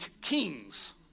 kings